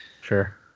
sure